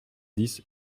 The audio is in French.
dix